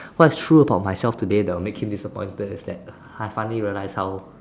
what's true about myself today that will make him disappointed is that I finally realized how